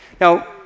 Now